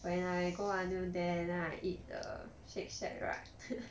when I go until then I eat the Shake Shack right